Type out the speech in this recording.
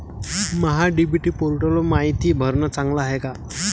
महा डी.बी.टी पोर्टलवर मायती भरनं चांगलं हाये का?